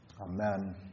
Amen